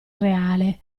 reale